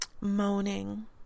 moaning